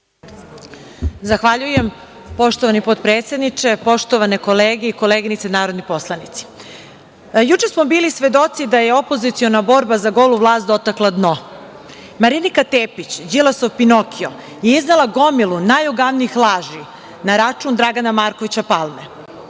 Zahvaljujem. Poštovani potpredsedniče, poštovane kolege i koleginice narodni poslanici, juče smo bili svedoci da je opoziciona borba za golu vlast dotakla dno. Marinika Tekić, Đilasov Pinokio, je iznela gomilu najogavnijih laži na račun Dragana Markovća Palme.